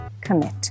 commit